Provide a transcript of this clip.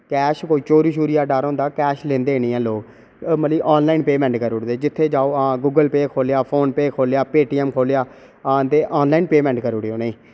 cash कोई चोरी शोरी दा डर होंदा कैश लैंदे निं हैन लोक मतलब आनलाइन पेमैंट करूड़दे जित्थै जाओ आं गुगल पेऽ खोह्लेआ फोन पेऽ खोह्लेआ पे टी ऐम खोह्लेआ आं ते आनलाइन